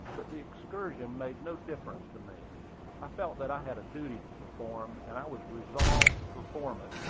but the excursion made no difference to me i felt that i had a duty to perform, and i was resolved to perform it,